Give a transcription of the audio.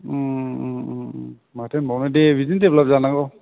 उम उम उम माथो होनबावनो दे बिदिनो डेभलाप जानांगौ